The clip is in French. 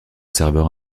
serveur